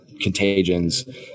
contagions